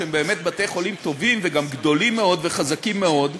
שהם באמת בתי-חולים טובים וגם גדולים מאוד וחזקים מאוד,